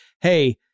hey